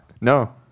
No